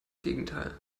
gegenteil